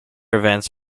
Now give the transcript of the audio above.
events